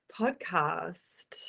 podcast